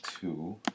two